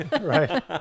right